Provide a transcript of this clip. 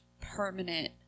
permanent